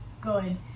good